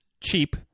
cheap